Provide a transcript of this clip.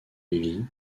lili